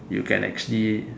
you can actually